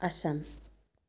Assam